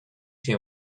too